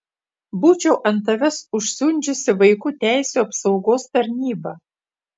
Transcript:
būčiau ant tavęs užsiundžiusi vaikų teisių apsaugos tarnybą